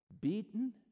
beaten